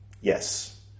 Yes